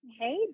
Hey